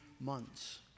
months